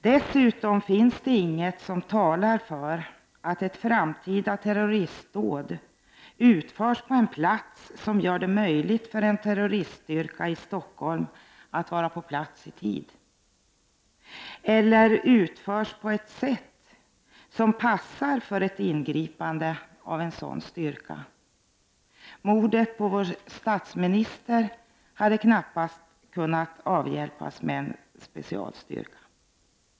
Dessutom finns det inget som talar för att ett fram tida terroristdåd utförs på ett ställe som gör det möjligt för en terroriststyrka i Stockholm att vara på plats i tid, eller att det utförs på ett sätt som passar för ett ingripande av en sådan styrka. Mordet på vår statsminister hade knappast kunnat förhindras med en specialstyrka.